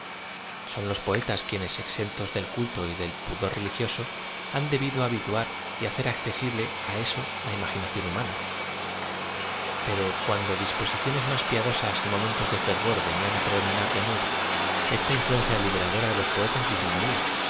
son los poetas quienes exentos del coito y del p u d o r religioso han debido habituar y hacer accesi b le á eso la imaginación humana pero cuando dispo siciones más piadosas y momentos de ferv o r venían á predominar de nuevo esta influencia liberadora de los poetas disminuía